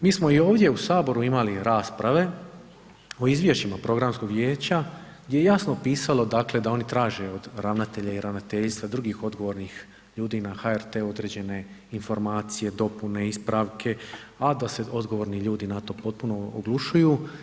Mi smo i ovdje u Saboru imali rasprave o izvješćima Programskog vijeća gdje je jasno pisalo, dakle, da oni traže od ravnatelja i Ravnateljstva drugih odgovornih ljudi na HRT-u određene informacije, dopune, ispravke, a da se odgovorni ljudi na to potpuno oglušuju.